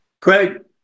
Craig